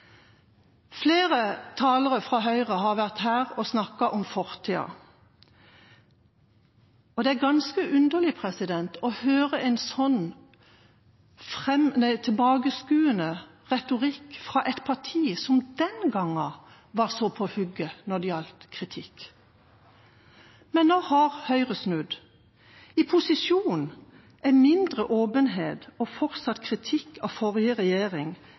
Flere talere fra Høyre har vært her og snakket om fortida. Det er ganske underlig å høre en sånn tilbakeskuende retorikk fra et parti som den gangen var så på hugget når det gjaldt kritikk. Men nå har Høyre snudd. I posisjon er mindre åpenhet og fortsatt kritikk av forrige regjering